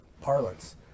parlance